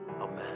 Amen